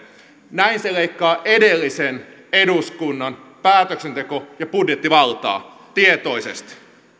näin se leikkaa edellisen eduskunnan päätöksenteko ja budjettivaltaa tietoisesti